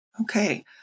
Okay